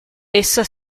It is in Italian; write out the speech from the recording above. essa